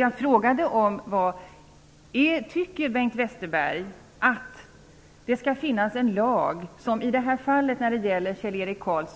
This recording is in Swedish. Jag frågade: Tycker Bengt Westerberg att det skall finnas en lag som är utformad så, att det om den hade varit i kraft